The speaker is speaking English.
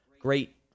great